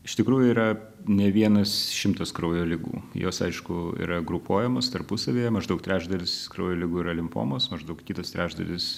iš tikrųjų yra ne vienas šimtas kraujo ligų jos aišku yra grupuojamos tarpusavyje maždaug trečdalis kraujo ligų yra limfomos maždaug kitas trečdalis